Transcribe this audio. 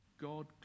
God